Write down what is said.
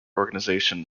organization